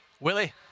willie